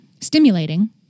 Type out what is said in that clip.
stimulating